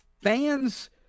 fans